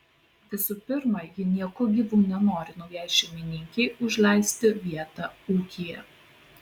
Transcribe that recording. visų pirma ji nieku gyvu nenori naujai šeimininkei užleisti vietą ūkyje